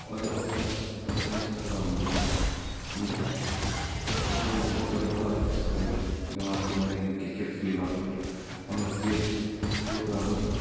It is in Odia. ଅଧିକଂଶ ଅଧିକାଂଶ ଥର ମୁଁ ଜିତେ ମୋତେ ବହୁତ ଭଲ ହିସାବରେ ଜଣା ଅଛି ଅନ୍ଲାଇନ୍ରେ କ୍ରିକେଟ ଖେଳିବା ଅନୁଭୂତି ଅଛି ବହୁତ ଆଗରୁ